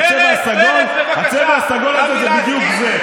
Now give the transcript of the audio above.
הצבע הסגול הזה זה בדיוק זה.